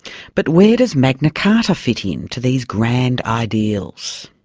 but where does magna carta fit in to these grand ideals?